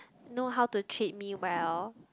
know how to treat me well